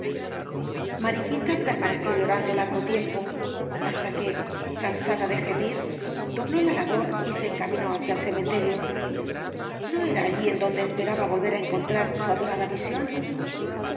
mariquita permaneció llorando largo tiempo hasta que cansada de gemir dobló la labor y se encaminó hacia el cementerio no era allí en donde esperaba volver á encontrar su adorada visión